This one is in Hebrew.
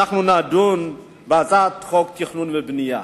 נדון בהצעת חוק התכנון והבנייה.